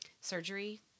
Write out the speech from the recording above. surgery